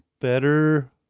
better